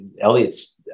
Elliot's